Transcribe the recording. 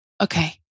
okay